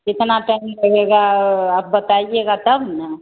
कितना टाइम लगेगा आप बताइएगा तब ना